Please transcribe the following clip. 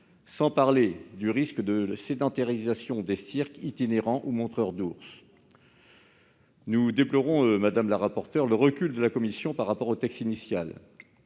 sans parler du risque lié à la sédentarisation des cirques itinérants ou du cas des montreurs d'ours. Nous déplorons, madame la rapporteure, le recul de la commission par rapport au texte initial.